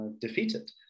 defeated